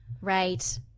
right